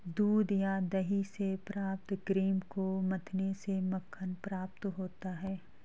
दूध या दही से प्राप्त क्रीम को मथने से मक्खन प्राप्त होता है?